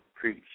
preach